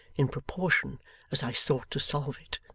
in proportion as i sought to solve it.